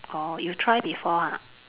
orh you try before ah